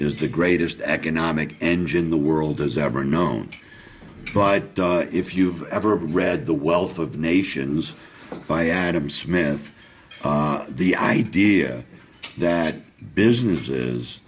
is the greatest economic engine the world has ever known but if you've ever read the wealth of nations by adam smith the idea that businesses